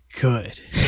good